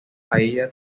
aída